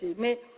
Mais